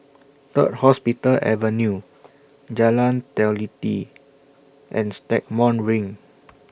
Third Hospital Avenue Jalan Teliti and Stagmont Ring